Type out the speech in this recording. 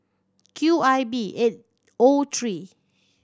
Q I B eight O three